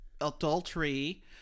adultery